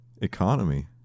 Economy